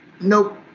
nope